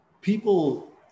people